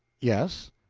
yes.